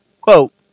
Quote